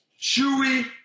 Chewy